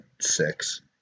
Six